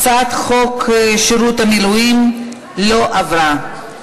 הצעת חוק שירות המילואים לא עברה.